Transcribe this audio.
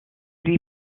lui